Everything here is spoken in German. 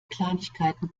kleinigkeiten